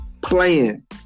playing